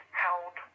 held